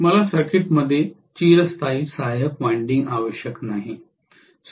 मला सर्किटमध्ये चिरस्थायी सहाय्यक वायंडिंग आवश्यक नाही